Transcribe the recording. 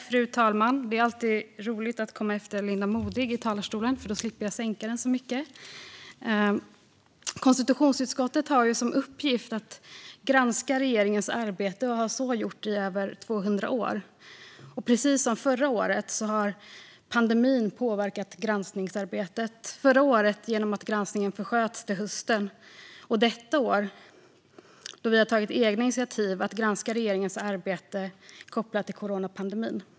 Fru talman! Det är alltid roligt att komma efter Linda Modig i talarstolen, för då slipper jag sänka den så mycket. Konstitutionsutskottet har som uppgift att granska regeringens arbete och har så gjort i över 200 år. Precis som förra året har pandemin påverkat granskningsarbetet. Förra året försköts granskningen till hösten. Detta år har vi tagit egna initiativ att granska regeringens arbete kopplat till coronapandemin.